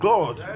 God